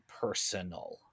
personal